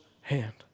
hand